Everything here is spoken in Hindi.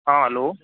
हाँ हलो